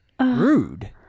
rude